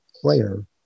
player